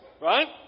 right